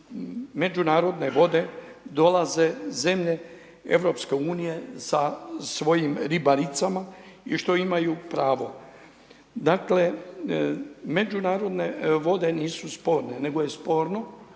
međunarodne vode dolaze zemlje EU sa svojim ribaricama i što imaju pravo. Dakle međunarodne vode nisu sporne nego je sporno